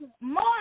more